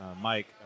Mike